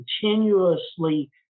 continuously